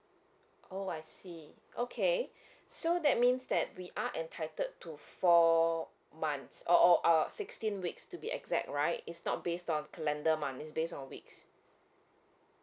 oh I see okay so that means that we are entitled to four months or or uh sixteen weeks to be exact right is not based on calendar month is base on weeks